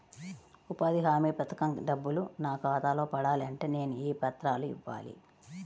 ఉపాధి హామీ పథకం డబ్బులు నా ఖాతాలో పడాలి అంటే నేను ఏ పత్రాలు ఇవ్వాలి?